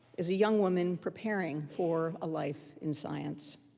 is a young woman preparing for a life in science.